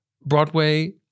Broadway